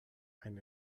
ein